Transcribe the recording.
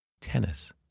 tennis